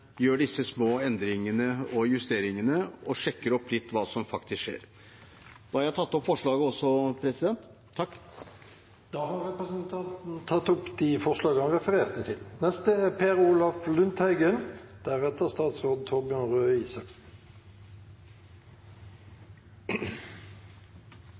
gjør disse små endringene og justeringene og sjekker opp litt hva som faktisk skjer. Med det tar jeg opp de to forslagene. Representanten Bjørnar Laabak har tatt opp de forslagene han refererte til. Disse hjelpemidlene er